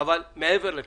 אבל מעבר לכך,